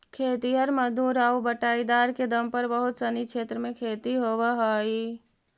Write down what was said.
खेतिहर मजदूर आउ बटाईदार के दम पर बहुत सनी क्षेत्र में खेती होवऽ हइ